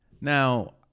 Now